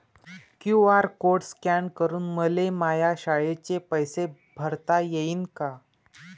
QR code scan करून मले माया शाळेचे पैसे भरता येईन का?